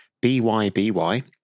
B-Y-B-Y